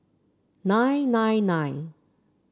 nine nine nine